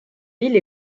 ville